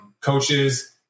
coaches